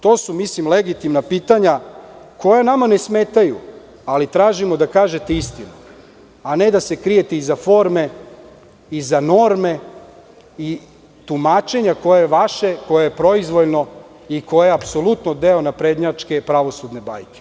To su legitimna pitanja koja nama ne smetaju, ali tražimo da kažete istinu, a ne da se krijete iza forme, iza norme i tumačenja koje je vaše, koje je proizvoljno i koje je apsolutno deo naprednjačke pravosudne bajke.